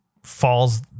falls